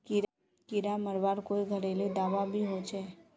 कीड़ा मरवार कोई घरेलू दाबा भी होचए?